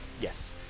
Yes